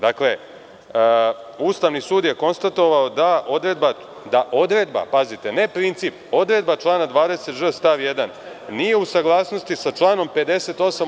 Dakle, Ustavni sud je konstatovao da odredba, ne princip, odredba člana 20ž stav 1. nije u saglasnosti sa članom 58.